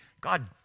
God